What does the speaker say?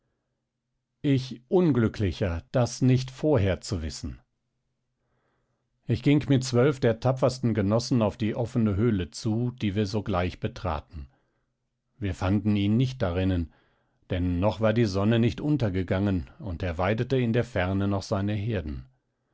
ich unglücklicher das nicht vorher zu wissen ich ging mit zwölf der tapfersten genossen auf die offene höhle zu die wir sogleich betraten wir fanden ihn nicht darinnen denn noch war die sonne nicht untergegangen und er weidete in der ferne noch seine herden